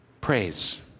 Praise